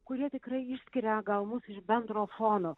kurie tikrai išskiria gal mus iš bendro fono